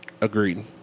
Agreed